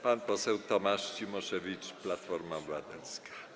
Pan poseł Tomasz Cimoszewicz, Platforma Obywatelska.